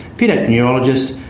paediatric neurologists,